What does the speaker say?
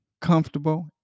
comfortable